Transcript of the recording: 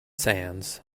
sands